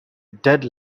dead